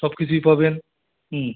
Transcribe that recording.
সব কিছুই পাবেন হুম